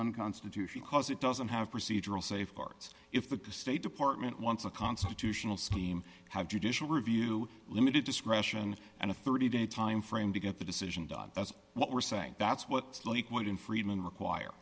unconstitutional because it doesn't have procedural safeguards if the state department wants a constitutional scheme have judicial review limited discretion and a thirty day timeframe to get the decision done that's what we're saying that's what the leak would in friedman require